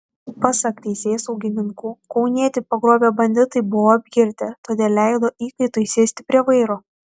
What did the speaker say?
pasak teisėsaugininkų kaunietį pagrobę banditai buvo apgirtę todėl leido įkaitui sėsti prie vairo